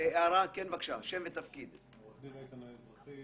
רוצה לסיים את החוק